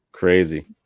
crazy